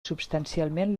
substancialment